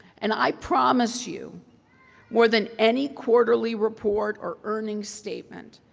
and i promise you more than any quarterly report or earnings statement,